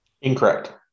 Incorrect